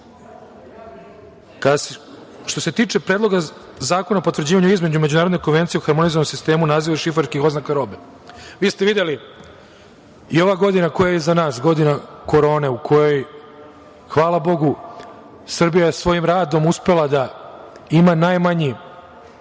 se tiče Predloga zakona o potvrđivanju Izmene Međunarodne konvencije o Harmonizovanom sistemu naziva i šifarskih oznaka robe, vi ste videli i ova godina koja je iza nas, godina korone u kojoj hvala Bogu, Srbija je svojim radom uspela da ima najmanji